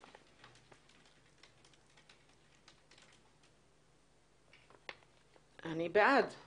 אני בעד.